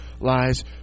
lies